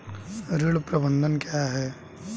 ऋण प्रबंधन क्या है?